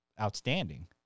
outstanding